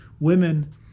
women